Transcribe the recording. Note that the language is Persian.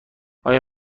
آیا